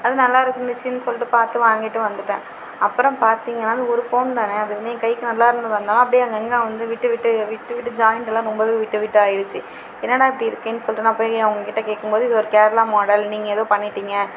அது நல்லா இருக்குந்துச்சின்னு சொல்லிட்டு பார்த்து வாங்கிகிட்டு வந்துவிட்டேன் அப்புறம் பார்த்திங்கனா அது ஒரு பவுன் தானே அது வந்து என் கைக்கு நல்லா இருந்ததாக இருந்தாலும் அப்படியே அங்கங்கே வந்து விட்டு விட்டு விட்டுடு ஜாயிண்ட் எல்லாம் ரொம்பவே விட்டு விட்டாயிடுச்சு என்னடா இப்படி இருக்கேன் சொல்லிட்டு நான் போய் அவங்ககிட்ட கேட்கும்போது இது ஒரு கேரளா மாடல் நீங்கள் எதுவும் பண்ணிவிட்டிங்க